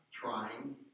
trying